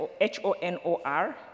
H-O-N-O-R